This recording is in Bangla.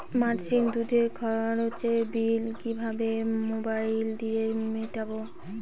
মাসিক দুধের খরচের বিল কিভাবে মোবাইল দিয়ে মেটাব?